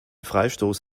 freistoß